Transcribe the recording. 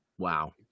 wow